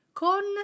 con